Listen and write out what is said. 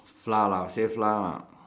flour lah say flour lah